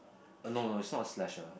uh no no it's not a slasher